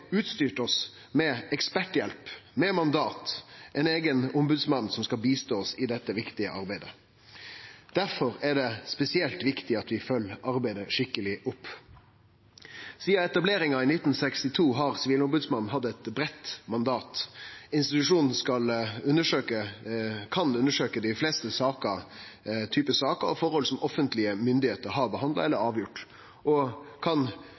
utstyrt oss med eksperthjelp med mandat, ein eigen ombodsmann som skal hjelpe oss i dette viktige arbeidet. Derfor er det spesielt viktig at vi følgjer arbeidet skikkeleg opp. Sidan etableringa i 1962 har Sivilombodsmannen hatt eit breitt mandat. Institusjonen kan undersøkje dei fleste typar saker og forhold som offentlege myndigheiter har behandla eller avgjort, og kan